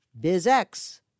BizX